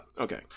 Okay